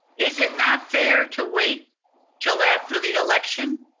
is it not fair to wait til after the election.